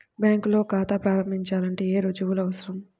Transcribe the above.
బ్యాంకులో ఖాతా ప్రారంభించాలంటే ఏ రుజువులు అవసరం?